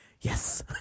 Yes